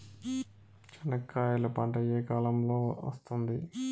చెనక్కాయలు పంట ఏ కాలము లో వస్తుంది